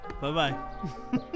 Bye-bye